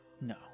no